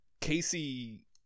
Casey